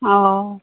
हँ